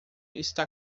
está